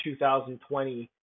2020